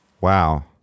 wow